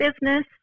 business